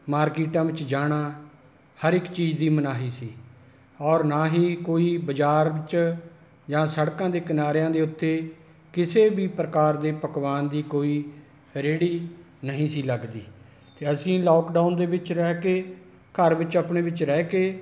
ਮਾਰਕਿਟਾਂ ਵਿੱਚ ਜਾਣਾ ਹਰ ਇੱਕ ਚੀਜ਼ ਦੀ ਮਨਾਹੀ ਸੀ ਔਰ ਨਾ ਹੀ ਕੋਈ ਬਜ਼ਾਰ ਵਿੱਚ ਜਾਂ ਸੜਕਾਂ ਦੇ ਕਿਨਾਰਿਆਂ ਦੇ ਉੱਤੇ ਕਿਸੇ ਵੀ ਪ੍ਰਕਾਰ ਦੇ ਪਕਵਾਨ ਦੀ ਕੋਈ ਰੇਹੜੀ ਨਹੀਂ ਸੀ ਲੱਗਦੀ ਅਤੇ ਅਸੀਂ ਲਾੱਕਡਾਊਨ ਦੇ ਵਿੱਚ ਰਹਿ ਕੇ ਘਰ ਵਿੱਚ ਆਪਣੇ ਵਿੱਚ ਰਹਿ ਕੇ